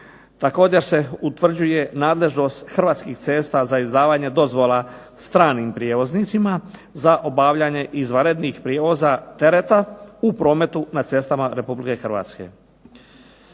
Također se utvrđuje nadležnost Hrvatskih cesta za izdavanje dozvola stranim prijevoznicima za obavljanje izvanrednih prijevoza tereta u prometu na cestama Republike Hrvatske.